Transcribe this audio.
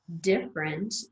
different